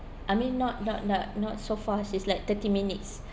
I mean not not not not so fast is like thirty minutes